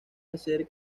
hacer